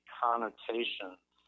connotations